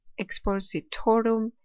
expositorum